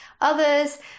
Others